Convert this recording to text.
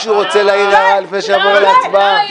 מישהו רוצה להעיר הערה לפני שאעבור להצבעה?